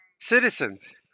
citizens